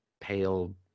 pale